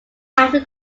after